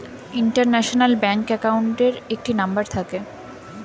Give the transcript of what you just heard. international bank অ্যাকাউন্টের একটি number থাকে